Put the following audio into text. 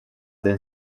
then